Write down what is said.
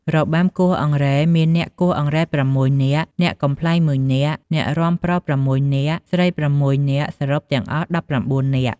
របាំគោះអង្រែមានអ្នកគោះអង្រែ៦នាក់ អ្នកកំប្លែង១នាក់ អ្នករាំប្រុស៦នាក់ស្រី៦នាក់ សរុបទាំងអស់១៩នាក់។